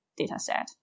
dataset